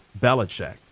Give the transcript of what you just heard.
Belichick